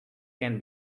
can